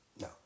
no